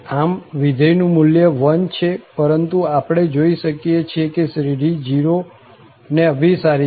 આમ વિધેયનું મુલ્ય 1 છે પરંતુ આપણે જોઈ શકીએ છીએ કે શ્રેઢી 0 ને અભિસારી છે